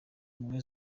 ubumwe